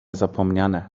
zapomniane